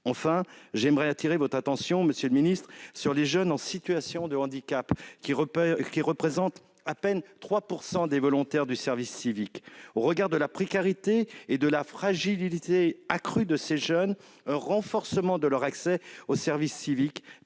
Enfin, j'aimerais attirer votre attention, monsieur le secrétaire d'État, sur les jeunes en situation de handicap, qui représentent à peine 3 % des volontaires du service civique. Au regard de la précarité et de la fragilité accrue de ces jeunes, un renforcement de leur accès au service civique